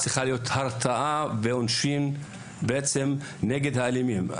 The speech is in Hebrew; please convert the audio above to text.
צריכים להיות הרתעה ועונשים נגד האלימים.